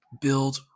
build